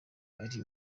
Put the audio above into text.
ari